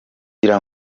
kugira